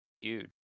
huge